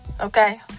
Okay